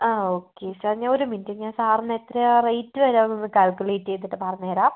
ആ okay sir ഞാൻ ഒരു മിനിറ്റ് ഞാൻ സാറിന് എത്രയാണ് റേറ്റ് വരാന്ന് ഒന്ന് കാൽക്കുലേറ്റ് ചെയ്തിട്ട് പറഞ്ഞരാ